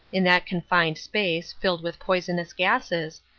in that confined space, filled with poisonous gases,